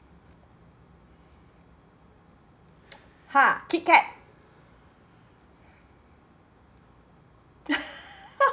ha Kit Kat